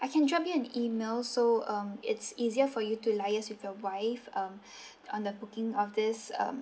I can drop you an email so um it's easier for you to liaise with your wife um on the booking of this um